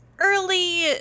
Early